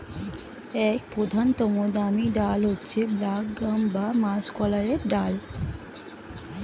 এক প্রধানতম দামি ডাল হচ্ছে ব্ল্যাক গ্রাম বা মাষকলাইয়ের ডাল